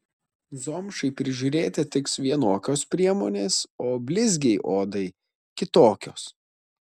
zomšai prižiūrėti tiks vienokios priemonės o blizgiai odai kitokios